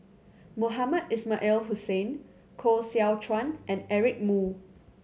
Mohamed Ismail Hussain Koh Seow Chuan and Eric Moo